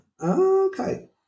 Okay